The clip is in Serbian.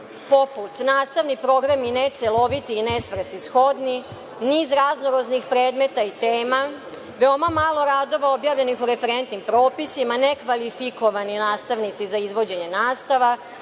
poput – nastavni program je necelovit i nesvrsishodan, niz razno-raznih predmeta i tema, veoma malo radova objavljenih o referentnim propisima, nekvalifikovani nastavnici za izvođenje nastava,